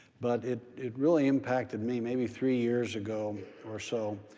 but it it really impacted me maybe three years ago or so.